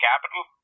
capital